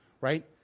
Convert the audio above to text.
right